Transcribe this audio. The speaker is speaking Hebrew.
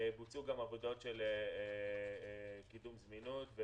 בוצעו גם עבודות של קידום זמינות,